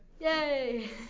Yay